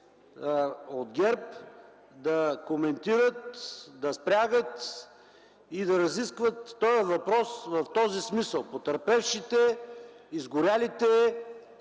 от ГЕРБ, да коментират, да спрягат и да разискват този въпрос в този смисъл – потърпевшите, изгорелите,